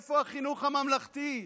איפה החינוך הממלכתי?